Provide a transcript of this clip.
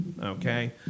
Okay